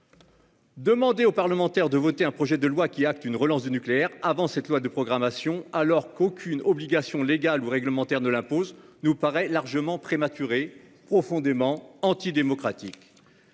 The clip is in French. Demander aux parlementaires de voter un projet de loi actant une relance du nucléaire avant cette loi de programmation, alors qu'aucune obligation légale ou réglementaire ne l'impose, nous paraît largement prématuré et profondément anti-démocratique.